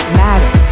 matter